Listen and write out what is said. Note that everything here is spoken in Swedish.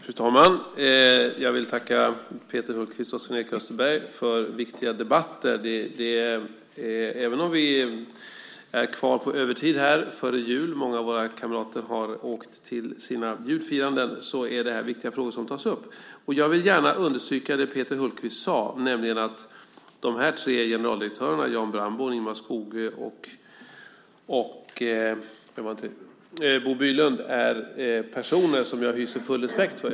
Fru talman! Jag vill tacka Peter Hultqvist och Sven-Erik Österberg för viktiga debatter. Även om vi är kvar på övertid här inför julen, många av våra kamrater har åkt till sina julfiranden, är det viktiga frågor som här tas upp. Jag vill gärna understryka det som Peter Hultqvist sade, nämligen att de här tre generaldirektörerna, Jan Brandborn, Ingemar Skogö och Bo Bylund, är personer som jag hyser stor respekt för.